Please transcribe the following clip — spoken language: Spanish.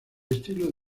estilo